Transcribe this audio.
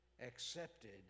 accepted